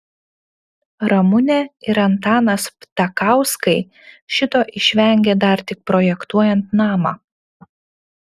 ramunė ir antanas ptakauskai šito išvengė dar tik projektuojant namą